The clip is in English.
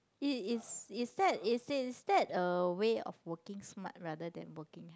it is is that is is that a way of working smart rather than working hard